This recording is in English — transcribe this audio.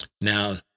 Now